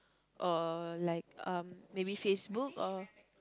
or like uh maybe Facebook or